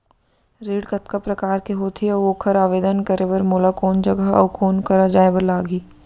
ऋण कतका प्रकार के होथे अऊ ओखर आवेदन करे बर मोला कोन जगह अऊ कोन करा जाए बर लागही?